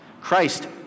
Christ